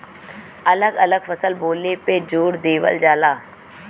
अलग अलग फसल बोले पे जोर देवल जाला